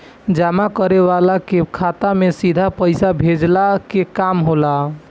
जमा करे वाला के खाता में सीधा पईसा भेजला के काम होला